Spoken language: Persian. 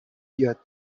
یاد